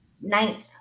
Ninth